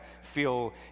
feel